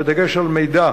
בדגש על מידע